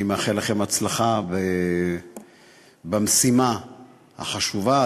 אני מאחל לכם הצלחה במשימה החשובה.